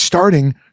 starting